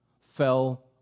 fell